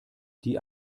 die